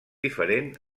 diferent